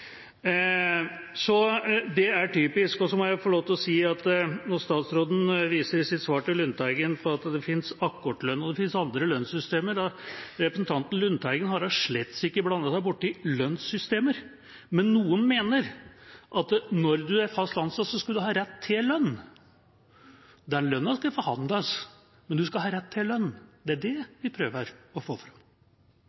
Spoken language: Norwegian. Det er typisk. Så må jeg få lov til å si når statsråden i sitt svar til Lundteigen viser til at det finnes akkordlønn og andre lønnssystemer, at representanten Lundteigen slett ikke har blandet seg bort i lønnssystemer. Men noen mener at når du er fast ansatt, skal du ha rett til en lønn. Lønna skal forhandles, men du skal ha rett til en lønn. Det er det vi prøver å få fram.